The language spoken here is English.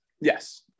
Yes